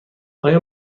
آیا